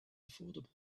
affordable